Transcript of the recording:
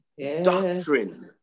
Doctrine